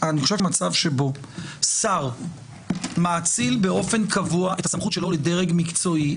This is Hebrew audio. אני חושב שהמצב שבו שר מאציל באופן קבוע את הסמכות שלו לדרג מקצועי,